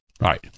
Right